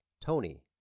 Tony